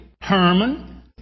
Herman